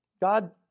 God